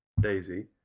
Daisy